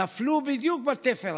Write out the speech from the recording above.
נפלו בדיוק בתפר הזה,